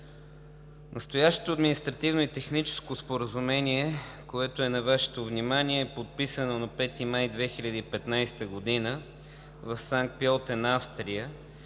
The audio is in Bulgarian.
Настоящото Административно и техническо споразумение, което е на Вашето внимание, е подписано на 5 май 2015 г. в Санкт Пьолтен – Австрия,